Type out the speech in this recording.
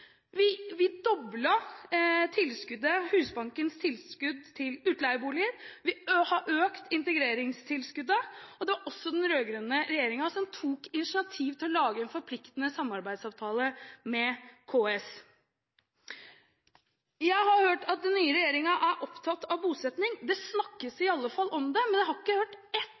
Vi doblet Husbankens tilskudd til utleieboliger, vi har økt integreringstilskuddet, og det var også den rød-grønne regjeringen som tok initiativet til å lage en forpliktende samarbeidsavtale med KS. Jeg har hørt at den nye regjeringen er opptatt av bosetning. Det snakkes i alle fall om det, men jeg har ikke hørt ett